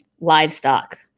livestock